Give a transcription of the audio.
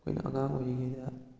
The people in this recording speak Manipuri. ꯑꯩꯈꯣꯏꯅ ꯑꯉꯥꯡ ꯑꯣꯏꯔꯤꯉꯩꯗ